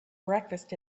breakfast